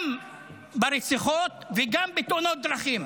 גם ברציחות וגם בתאונות דרכים.